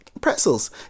pretzels